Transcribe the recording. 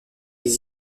les